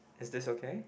is this okay